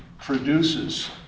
produces